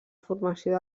formació